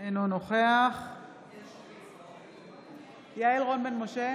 אינו נוכח יעל רון בן משה,